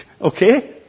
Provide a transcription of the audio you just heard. Okay